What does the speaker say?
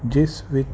ਜਿਸ ਵਿੱਚ